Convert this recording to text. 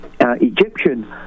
Egyptian